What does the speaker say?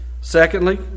Secondly